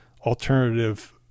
alternative